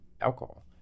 alcohol